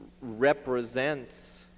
represents